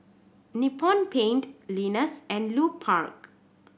Nippon Paint Lenas and Lupark